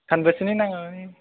सानबेसेनि नाङै